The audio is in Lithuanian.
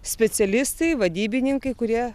specialistai vadybininkai kurie